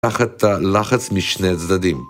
תחת לחץ משני הצדדים.